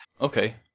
Okay